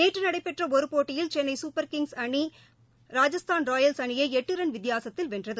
நேற்று நடைபெற்ற ஒரு போட்டியில் சென்னை சூப்பர் கிங்ஸ் அணி ராஜஸ்தான் ராயல்ஸ் அணியை எட்டு ரன் வித்தியாசத்தில் வென்றது